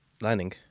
lining